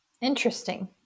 Interesting